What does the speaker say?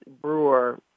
Brewer